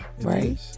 right